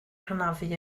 hanafu